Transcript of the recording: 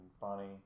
funny